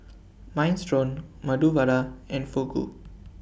Minestrone Medu Vada and Fugu